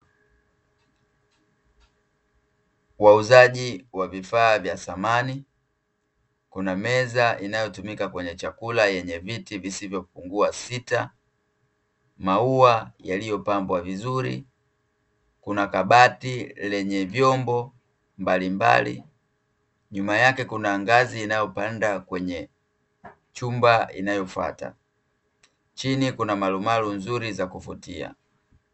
Wauzaji wa vifaa vya samani. Kuna meza inayotumika kwenye chakula yenye viti visivyo pungua sita, maua yaliyopambwa vizuri, kuna kabati lenye vyombo mbalimbali nyuma yake kuna ngazi inayopanda kwenye chumba inayofuata; chini kuna marumaru nzuri za kuvutia.